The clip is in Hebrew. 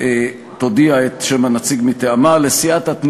סיעות ש"ס ויהדות התורה יודיעו את שם הנציג מטעמן,